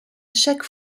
chaque